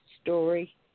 story